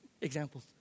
Examples